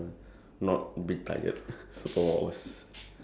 maybe school or work or anything lah or go out